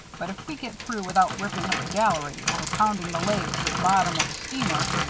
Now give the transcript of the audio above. but if we get through without ripping up the gallery, or pounding the leg through the bottom of a steamer,